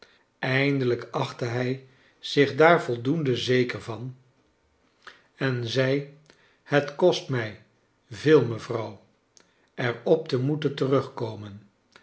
eindelijk achtte hij zich daar voldoende zeker van en zei het kost mij veel mevrouw er op te moeten terugkomen